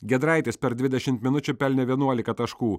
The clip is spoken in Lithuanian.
giedraitis per dvidešimt minučių pelnė vienuolika taškų